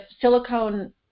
silicone